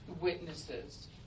witnesses